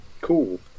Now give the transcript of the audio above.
Cool